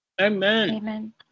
Amen